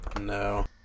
no